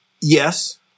Yes